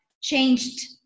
changed